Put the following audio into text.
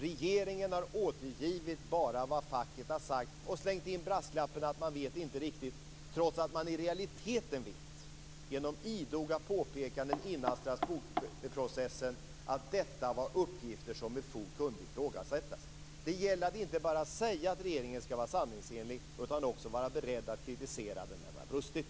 Regeringen har bara återgivit vad facket har sagt och slängt in brasklappen att man inte riktigt vet, trots att man i realiteten genom idoga påpekanden innan Strasbourgprocessen visste att detta var uppgifter som med fog kunde ifrågasättas. Det gäller att inte bara säga att regeringen skall vara sanningsenlig, utan också att vara beredd att kritisera den när den har brustit.